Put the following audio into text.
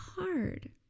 hard